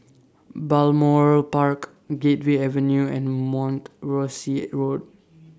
Balmoral Park Gateway Avenue and Mount Rosie Road